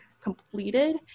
completed